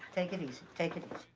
take it easy, take it